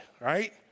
right